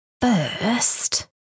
first